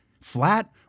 Flat